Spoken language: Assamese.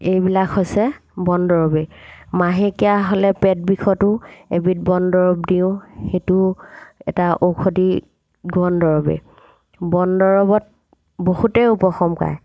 এইবিলাক হৈছে বন দৰৱে মাহেকীয়া হ'লে পেট বিষতো এবিধ বন দৰৱ দিওঁ সেইটো এটা ঔষধি বন দৰৱে বন দৰৱত বহুতে উপশম পায়